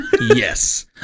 yes